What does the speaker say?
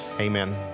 Amen